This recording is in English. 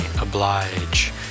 oblige